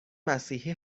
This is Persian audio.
مسیحی